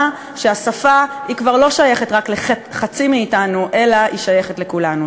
שהשפה כבר לא שייכת רק לחצי מאתנו אלא שייכת לכולנו.